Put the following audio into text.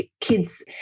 kids